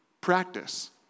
practice